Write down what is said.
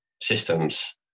systems